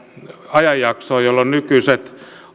ajanjaksoon jolloin nykyiset